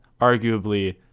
Arguably